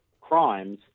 crimes